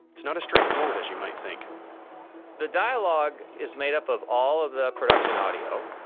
it's not as straightforward as you might think the dialogue is made up of all of the production audio.